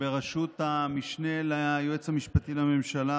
בראשות המשנה ליועץ המשפטי לממשלה